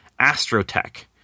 AstroTech